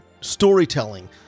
storytelling